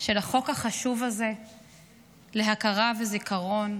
של החוק החשוב הזה להכרה וזיכרון.